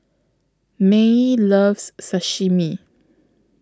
Maye loves Sashimi